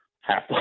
half